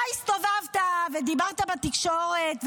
אתה הסתובבת ודיברת בתקשורת,